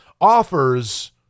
offers